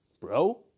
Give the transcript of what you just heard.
bro